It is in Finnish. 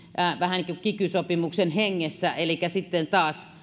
vähän niin kuin kiky sopimuksen hengessä elikkä taas